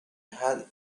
had